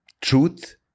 truth